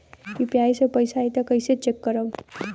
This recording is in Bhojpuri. यू.पी.आई से पैसा आई त कइसे चेक खरब?